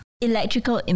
Electrical